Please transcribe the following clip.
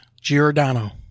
giordano